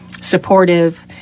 supportive